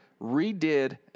redid